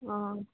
অঁ